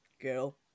girl